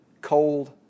cold